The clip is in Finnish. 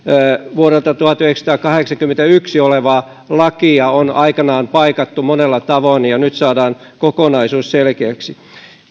vuodelta tuhatyhdeksänsataakahdeksankymmentäyksi olevaa lakia on aikanaan paikattu monella tavoin ja nyt saadaan kokonaisuus selkeäksi